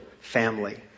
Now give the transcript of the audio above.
family